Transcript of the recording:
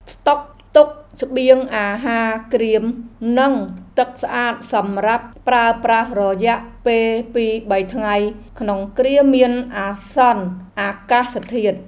ស្តុកទុកស្បៀងអាហារក្រៀមនិងទឹកស្អាតសម្រាប់ប្រើប្រាស់រយៈពេលពីរបីថ្ងៃក្នុងគ្រាមានអាសន្នអាកាសធាតុ។